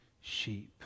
sheep